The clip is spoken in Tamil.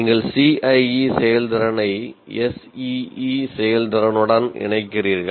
நீங்கள் CIE செயல்திறனை SEE செயல்திறனுடன் இணைக்கிறீர்கள்